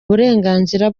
uburenganzira